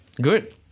Good